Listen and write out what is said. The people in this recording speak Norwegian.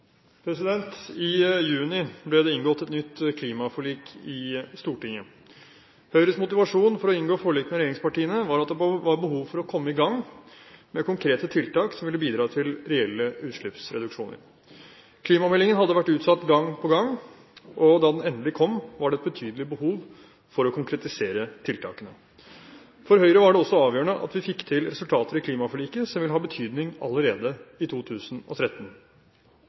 I juni ble det inngått et nytt klimaforlik i Stortinget. Høyres motivasjon for å inngå forlik med regjeringspartiene var at det var behov for å komme i gang med konkrete tiltak som ville bidra til reelle utslippsreduksjoner. Klimameldingen hadde vært utsatt gang på gang, og da den endelig kom, var det et betydelig behov for å konkretisere tiltakene. For Høyre var det også avgjørende at vi fikk til resultater i klimaforliket som ville ha betydning allerede i 2013.